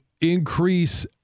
increase –